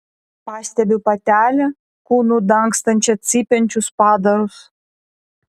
pastebiu patelę kūnu dangstančią cypiančius padarus